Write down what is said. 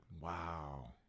Wow